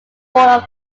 board